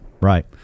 right